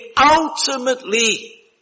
ultimately